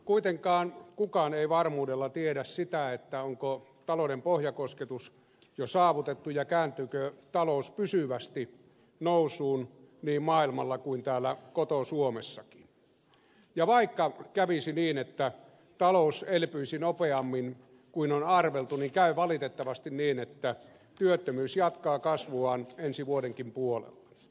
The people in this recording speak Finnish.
kuitenkaan kukaan ei varmuudella tiedä sitä onko talouden pohjakosketus jo saavutettu ja kääntyykö talous pysyvästi nousuun niin maailmalla kuin täällä koto suomessakin ja vaikka kävisi niin että talous elpyisi nopeammin kuin on arveltu niin käy valitettavasti niin että työttömyys jatkaa kasvuaan ensi vuodenkin puolella